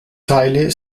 teile